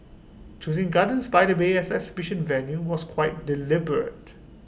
choosing gardens by the bay as exhibition venue was quite deliberate